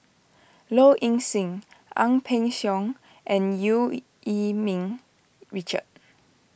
Low Ing Sing Ang Peng Siong and Eu Yee Ming Richard